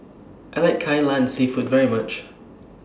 I like Kai Lan Seafood very much